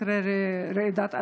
תקרה רעידת אדמה.